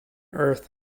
earth